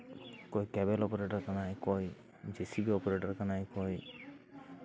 ᱚᱠᱚᱭ cable operator ᱠᱟᱱᱟᱭ ᱚᱠᱚᱭ ᱡᱮᱥᱤᱵᱤ ᱚᱯᱟᱨᱮᱴᱚᱨ ᱠᱟᱱᱟᱭ ᱚᱠᱚᱭ